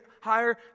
higher